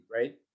right